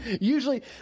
Usually